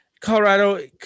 Colorado